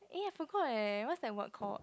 eh I forgot eh what's the word called